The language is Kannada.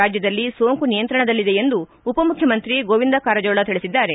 ರಾಜ್ಯದಲ್ಲಿ ಸೋಂಕು ನಿಯಂತ್ರಣದಲ್ಲಿದೆ ಎಂದು ಉಪಮುಖ್ಯಮಂತ್ರಿ ಗೋವಿಂದ ಕಾರಜೋಳ ತಿಳಿಸಿದ್ದಾರೆ